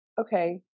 okay